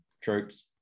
troops